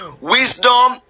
wisdom